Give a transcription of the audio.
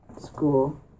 school